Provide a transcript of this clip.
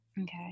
okay